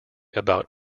about